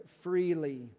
freely